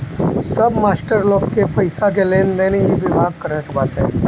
सब मास्टर लोग के पईसा के लेनदेन इ विभाग करत बाटे